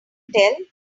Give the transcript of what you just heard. tell